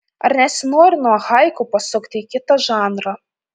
ar nesinori nuo haiku pasukti į kitą žanrą